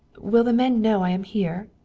will the men know i am here?